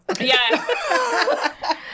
Yes